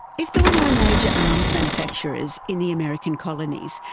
if there were no major arms manufacturers in the american colonies,